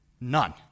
None